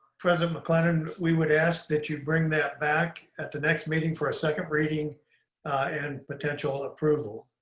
president maclennan, we would ask that you bring that back at the next meeting for a second reading and potential approval.